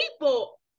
people